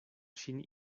ŝin